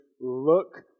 look